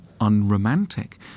unromantic